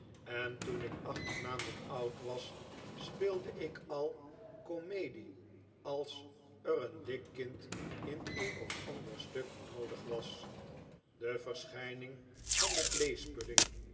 en toen ik achttien maanden oud was speelde ik al comedie als er een dik kind in een of ander stuk noodig was de verschijning van den